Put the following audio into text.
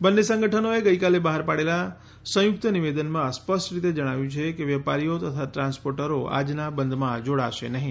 બંને સંગઠનોએ ગઈકાલે બહાર પાડેલા પાડેલા સંયુક્ત નિવેદનમાં સ્પષ્ટરીતે જણાવ્યું છે કે વેપારીઓ તથા ટ્રાન્સપોર્ટરો આજના બંધમાં જોડાશે નહીં